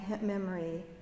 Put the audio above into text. memory